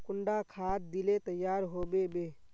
कुंडा खाद दिले तैयार होबे बे?